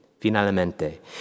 Finalmente